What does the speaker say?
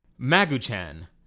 Magu-chan